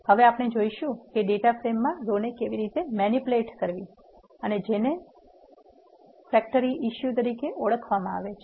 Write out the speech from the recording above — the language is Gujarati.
હવે આપણે જોઈશું કે ડેટા ફ્રેમમાં રોને કેવી રીતે મેનીપુલેટ કરવી અને જેને ફેક્ટરી ઇશ્યૂ તરીકે ઓળખવામાં આવે છે